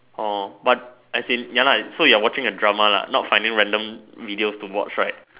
orh but as in ya lah so you are watching a drama lah not finding random videos to watch right